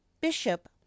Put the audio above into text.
Bishop